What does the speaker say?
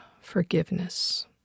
forgiveness